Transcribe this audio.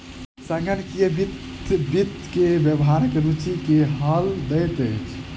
संगणकीय वित्त वित्त के व्यावहारिक रूचि के हल दैत अछि